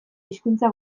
hizkuntza